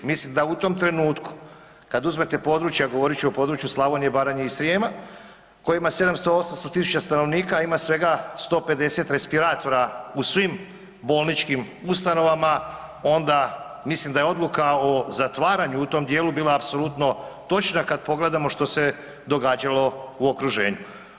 Mislim da u tom trenutku kad uzmete područja, govorit ću o području Slavonije, Baranje i Srijema koje ima 700, 800 000 stanovnika a ima svega 150 respiratora u svim bolničkim ustanovama, onda mislim da je odluka o zatvaranju u tom djelu bila apsolutno točna kad pogledamo što se događalo u okruženju.